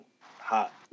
hot